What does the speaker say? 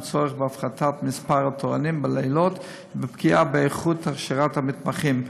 עם צורך בהפחתת מספר התורנים בלילות ופגיעה באיכות הכשרת המתמחים.